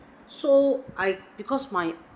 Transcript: so I because my